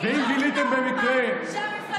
אני חייבת להגיד לו.